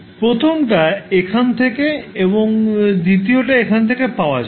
প্রথমটা এখান থেকে এবং দ্বিতীয়টি এখান থেকে পাওয়া যাবে